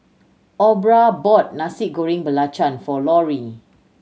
Aubra bought Nasi Goreng Belacan for Lorri